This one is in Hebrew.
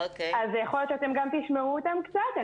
אז יכול להיות שאתם גם תשמעו אותם קצת.